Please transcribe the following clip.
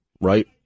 right